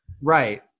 Right